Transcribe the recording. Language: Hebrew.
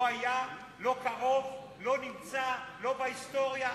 לא היה, לא קרוב, לא נמצא, לא בהיסטוריה.